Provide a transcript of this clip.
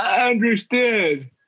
understood